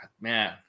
Man